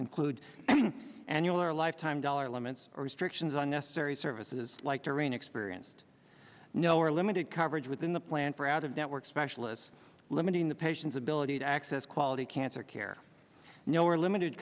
include annual or lifetime dollar limits or restrictions on necessary services like terrain experienced no or limited coverage within the plan for out of network specialists limiting the patients ability to access quality cancer care no or limited